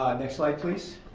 next slide please.